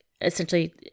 essentially